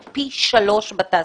זה פי שלוש בתעשייה.